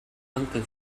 uncle